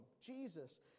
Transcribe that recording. Jesus